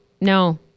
No